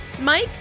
mike